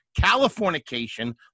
Californication